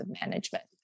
management